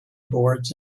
boards